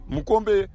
Mukombe